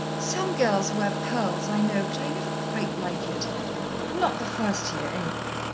some girls wear pearls, i know, but i never quite like it not the first year, anyway.